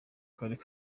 karere